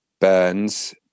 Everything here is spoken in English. burns